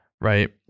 right